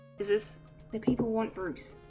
is is that people want groups